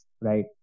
Right